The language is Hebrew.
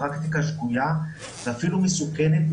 פרקטיקה שגוייה ואפילו מסוכנת,